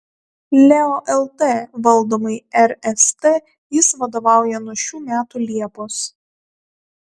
leo lt valdomai rst jis vadovauja nuo šių metų liepos